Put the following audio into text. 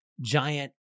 giant